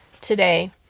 today